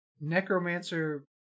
Necromancer